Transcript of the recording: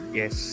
yes